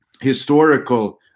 historical